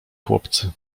chłopcy